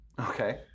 Okay